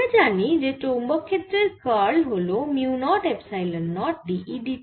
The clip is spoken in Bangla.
আমরা জানি যে চৌম্বক ক্ষেত্রের কার্ল হল mu naught epsilon naught dE dt